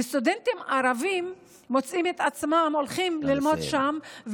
וסטודנטים ערבים מוצאים את עצמם הולכים ללמוד שם,